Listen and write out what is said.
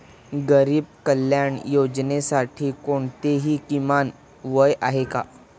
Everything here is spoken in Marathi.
गरीब कल्याण योजनेसाठी कोणतेही किमान वय आहे का?